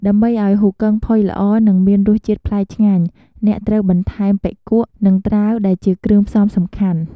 ដើម្បីឱ្យហ៊ូគឹងផុយល្អ និងមានរសជាតិប្លែកឆ្ងាញ់ អ្នកត្រូវបន្ថែមបុិគក់ និងត្រាវដែលជាគ្រឿងផ្សំសំខាន់។